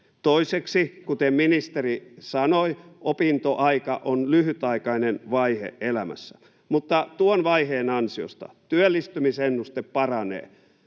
Toiseksi, kuten ministeri sanoi, opintoaika on lyhytaikainen vaihe elämässä, mutta tuon vaiheen ansiosta työllistymisennuste paranee,